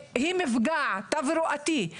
היא מפגע תברואתי,